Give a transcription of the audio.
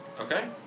Okay